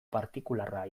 partikularra